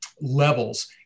levels